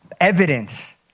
evidence